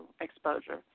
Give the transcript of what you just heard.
exposure